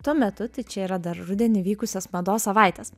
tuo metu tai čia yra dar rudenį vykusios mados savaitės